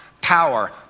power